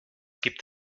gibt